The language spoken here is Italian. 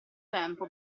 tempo